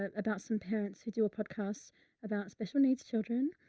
but about some parents who do a podcast about special needs children.